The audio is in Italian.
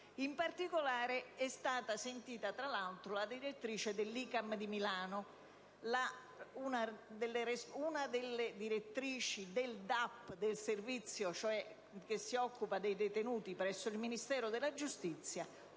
In particolare, sono stati ascoltati, tra gli altri, la direttrice dell'ICAM di Milano, una delle direttrici del DAP, cioè dell'ufficio che si occupa dei detenuti presso il Ministero della giustizia,